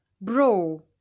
bro